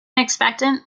expectant